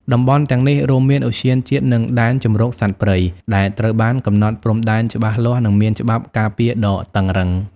តំបន់ទាំងនេះរួមមាន ឧទ្យានជាតិ និង ដែនជម្រកសត្វព្រៃ ដែលត្រូវបានកំណត់ព្រំដែនច្បាស់លាស់ និងមានច្បាប់ការពារដ៏តឹងរ៉ឹង។